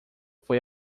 foi